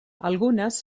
algunes